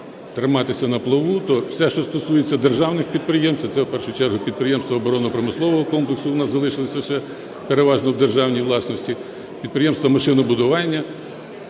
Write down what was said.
триматися на плаву, то все, що стосується державних підприємств, а це в першу чергу підприємства оборонно-промислового комплексу у нас залишились лише переважно в державні власності, підприємства машинобудування.